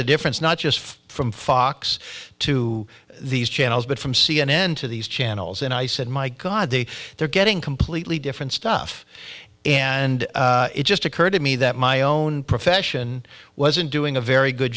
the difference not just from fox to these channels but from c n n to these channels and i said my god the they're getting completely different stuff and it just occurred to me that my own profession wasn't doing a very good